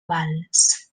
vals